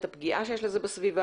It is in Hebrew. את הפגיעה שיש בזה לסביבה,